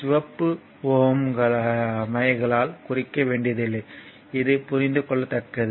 சிவப்பு மைகளால் குறிக்க வேண்டியதில்லை இது புரிந்துக்கொள்ளத்தக்கது